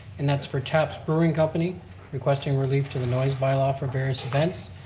and that's for taps brewing company requesting relief to the noise bylaw for various events,